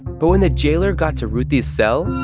but when the jailer got to ruthie's cell,